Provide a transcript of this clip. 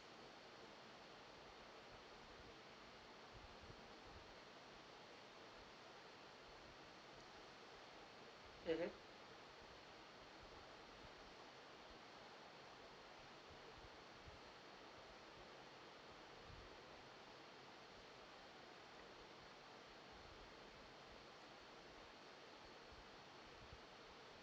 mm